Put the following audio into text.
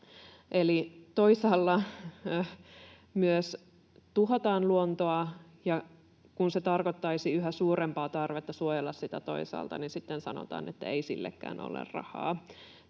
toisaalla myös tuhotaan luontoa, ja kun se tarkoittaisi yhä suurempaa tarvetta suojella sitä toisaalta, niin sitten sanotaan, että ei sillekään ole rahaa.